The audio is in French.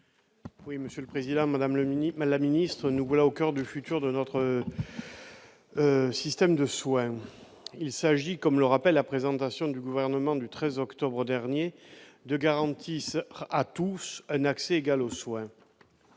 à M. Michel Amiel, sur l'article. Nous voici au coeur du futur de notre système de soins. Il s'agit, comme le rappelle la présentation du Gouvernement du 13 octobre dernier, de garantir à tous un accès égal aux soins.